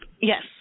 Yes